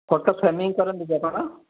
photo framing କରନ୍ତି କି ଆପଣ